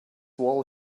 wall